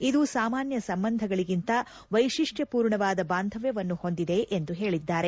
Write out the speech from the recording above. ಇದು ಸಾಮಾನ್ಯ ಸಂಬಂಧಗಳಗಿಂತ ವೈಶಿಷ್ಟ್ರಪೂರ್ಣವಾದ ಬಾಂಧವ್ಯವನ್ನು ಹೊಂದಿದೆ ಎಂದು ಹೇಳಿದ್ದಾರೆ